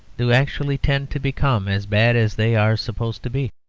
do actually tend to become as bad as they are supposed to be.